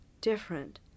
different